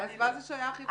אז מה זה שייך?